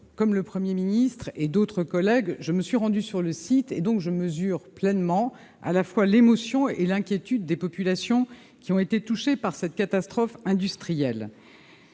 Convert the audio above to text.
comme le Premier ministre et d'autres collègues, je me suis rendue sur le site. Je mesure donc pleinement à la fois l'émotion et l'inquiétude des populations qui ont été touchées par cette catastrophe industrielle.